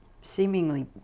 seemingly